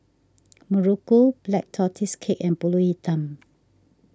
Muruku Black Tortoise Cake and Pulut Hitam